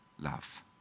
love